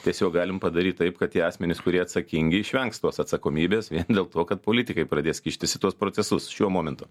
tiesiog galim padaryt taip kad tie asmenys kurie atsakingi išvengs tos atsakomybės vien dėl to kad politikai pradės kištis į tuos procesus šiuo momentu